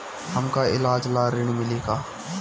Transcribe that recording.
हमका ईलाज ला ऋण मिली का?